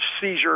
seizure